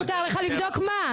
מותר לך לבדוק מה?